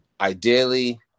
Ideally